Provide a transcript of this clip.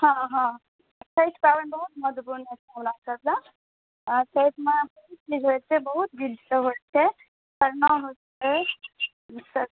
हँ हँ छठि पाबनि बहुत महत्वपूर्ण होइ छै हमरा सबमे आओर छठिमे की होइ छै बहुत विधसब होइ छै खरना होइ छै आओर